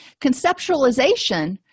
Conceptualization